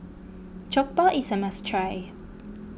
Jokbal is a must try